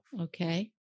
Okay